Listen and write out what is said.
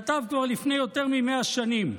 כתב כבר לפני יותר מ-100 שנים: